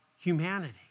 humanity